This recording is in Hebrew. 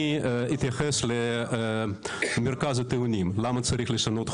אני אתייחס למרכז הטיעונים למה צריך לשנות את